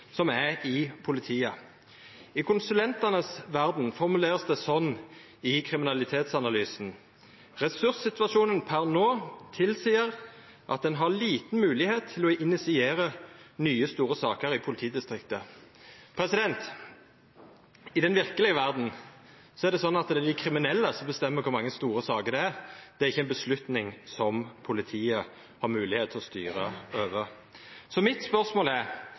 som er i politiet. I konsulentanes verd vert det formulert slik i kriminalitetsanalysen: «Ressurssituasjonen per nå tilsier at en har liten mulighet til å initiere nye store saker i politidistriktet.» I den verkelege verda er det dei kriminelle som bestemmer kor mange store saker det er. Det er ikkje eit vedtak som politiet har moglegheit til å styra over. Mitt spørsmål er: